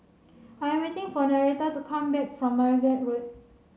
I am waiting for Noretta to come back from Margate Road